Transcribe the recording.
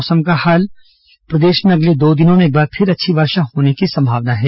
मौसम प्रदेश में अगले दो दिनों में एक बार फिर अच्छी वर्षा होने की संभावना है